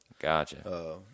Gotcha